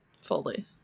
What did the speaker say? fully